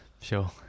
Sure